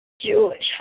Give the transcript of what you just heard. Jewish